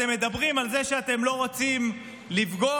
אתם מדברים על זה שאתם לא רוצים לפגוע,